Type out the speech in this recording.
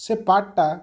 ସେ ପାଠ୍ଟା